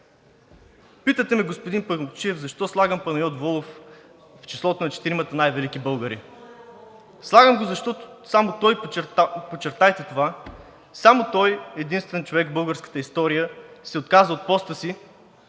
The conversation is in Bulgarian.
„Питате ме, господин Памукчиев, защо слагам Панайот Волов в числото на четиримата най-велики българи? Слагам го, защото само той, само той – единственият човек в българската история, се отказа от поста си,